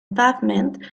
pavement